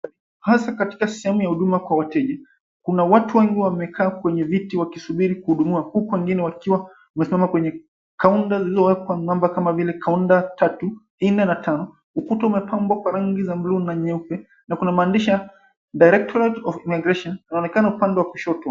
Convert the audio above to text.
Hasa katika sehemu ya huduma kwa wateja kuna watu wengi wamekaa kwenye viti wakisubiri kuhudumiwa huku wengine wakiwa wamesimama kwenye kaunta iliyowekwa namba kama vile kaunta tatu, nne na tano. Ukuta umepambwa kwa rangi za blu na nyeupe na kuna maandishi, Directorate of Immigration, inaonekana upande wa kushoto.